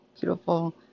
beautiful